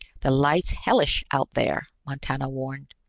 the light's hellish out there, montano warned.